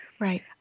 Right